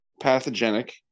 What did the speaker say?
pathogenic